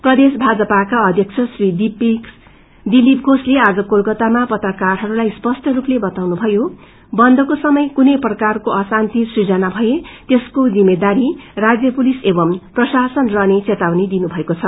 प्रदेश भाजपाका अध्यक्ष श्री दिलीप घोषले आज कोलकातामा पत्रकारहरूलाई स्पष्ट रूपले बताउनु भयो बन्दको समय कुनै प्रकारको अशान्ति सृजना भए त्यसको जिम्मेदारी राज्य पुलिस एवं प्रशासन रहने चेतावनी दिनुभएको छ